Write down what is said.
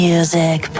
Music